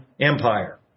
Empire